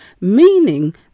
meaning